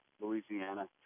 Louisiana